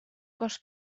cos